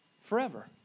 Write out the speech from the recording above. forever